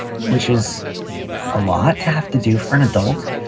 which is a lot to have to do for an adult.